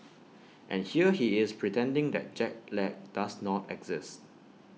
and here he is pretending that jet lag does not exist